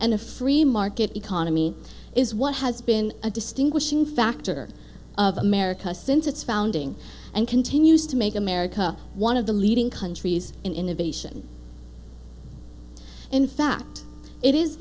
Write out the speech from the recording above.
a free market economy is what has been a distinguishing factor of america since its founding and continues to make america one of the leading countries in innovation in fact it is